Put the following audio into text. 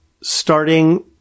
starting